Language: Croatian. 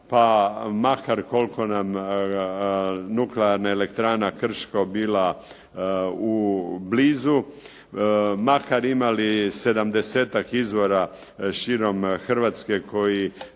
pa makar koliko nam nuklearna elektrana Krško bila blizu, makar imali sedamdesetak izvora širom Hrvatske koji